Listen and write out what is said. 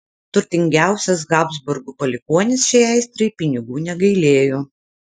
turtingiausias habsburgų palikuonis šiai aistrai pinigų negailėjo